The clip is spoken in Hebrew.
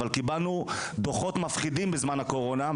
אבל קיבלנו דוחות מפחידים בזמן הקורונה,